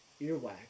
earwax